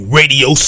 radio